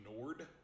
Nord